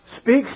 speaks